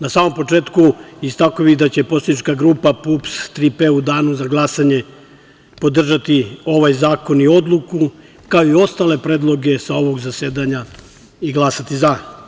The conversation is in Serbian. Na samom početku istakao bih da će poslanička grupa PUPS – „Tri-P“, u danu za glasanje podržati ovaj zakon i odluku, kao i ostale predloge sa ovog zasedanja i glasati za.